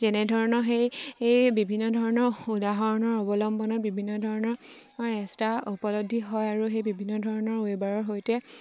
যেনেধৰণৰ সেই এই বিভিন্ন ধৰণৰ উদাহৰণৰ অৱলম্বনত বিভিন্ন ধৰণৰ ৰাস্তা উপলব্ধি হয় আৰু সেই বিভিন্ন ধৰণৰ ৱেবাৰৰ সৈতে